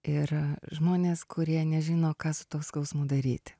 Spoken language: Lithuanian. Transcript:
ir žmonės kurie nežino ką su tuo skausmu daryt